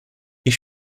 ich